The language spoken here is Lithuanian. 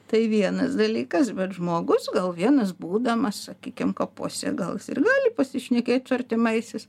tai vienas dalykas bet žmogus gal vienas būdamas sakykim kapuose gal jis ir gali pasišnekėt su artimaisiais